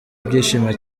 ibyishimo